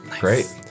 great